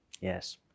Yes